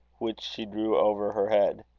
which she drew over her head.